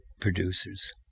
producers